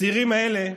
הצעירים האלה